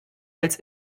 als